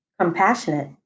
compassionate